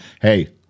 hey